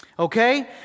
Okay